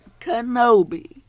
Kenobi